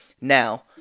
Now